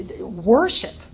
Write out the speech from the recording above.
Worship